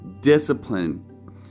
discipline